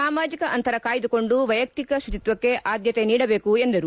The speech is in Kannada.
ಸಾಮಾಜಕ ಅಂತರ ಕಾಯ್ದುಕೊಂಡು ವೈಯಕ್ತಿಕ ಶುಚಿತ್ವಕ್ಕೆ ಆದ್ಯತೆ ನೀಡಬೇಕು ಎಂದರು